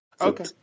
Okay